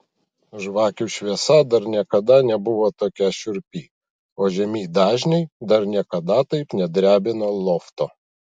žvakių šviesa dar niekada nebuvo tokia šiurpi o žemi dažniai dar niekada taip nedrebino lofto